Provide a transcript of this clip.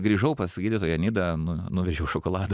grįžau pas gydytoją nidą nu nuvežiau šokoladą